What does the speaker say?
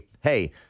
hey